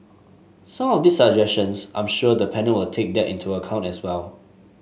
some of these suggestions I'm sure the panel will take that into account as well